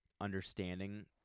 understanding